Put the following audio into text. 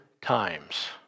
times